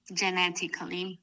genetically